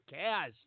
cash